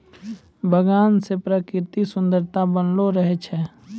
बगान से प्रकृतिक सुन्द्ररता बनलो रहै छै